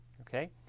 Okay